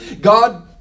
God